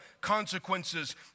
consequences